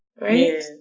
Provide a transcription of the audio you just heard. Right